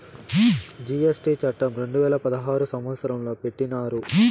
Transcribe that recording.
GST చట్టం రెండు వేల పదహారు సంవత్సరంలో పెట్టినారు